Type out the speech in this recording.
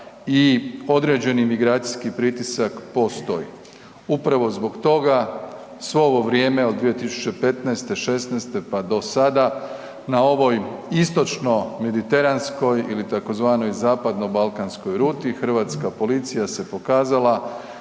i određeni migracijski pritisak postoji. Upravo zbog toga svo ovo vrijeme od 2015., '16. pa do sada na ovoj istočno-mediteranskoj ili tzv. zapadnobalkanskoj ruti hrvatska policija se pokazala